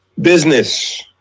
Business